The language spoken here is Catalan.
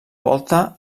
volta